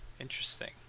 Interesting